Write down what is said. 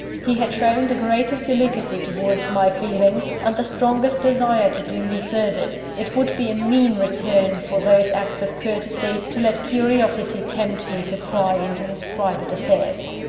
he had shown the greatest delicacy towards my feelings, and the strongest desire to do me service it would be a mean return for those acts of courtesy, to let curiosity tempt me to pry into his private affairs.